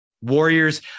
Warriors